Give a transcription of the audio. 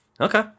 Okay